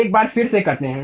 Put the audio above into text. एक बार फिर से करते हैं